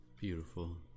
Beautiful